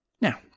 Now